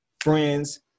friends